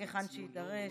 היכן שיידרש.